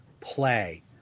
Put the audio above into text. play